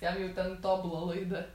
ten jau ten tobula laida